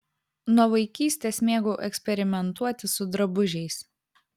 nuo vaikystės mėgau eksperimentuoti su drabužiais